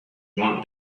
want